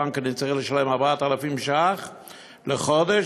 הבנק אני צריך לשלם 4,000 שקלים לחודש,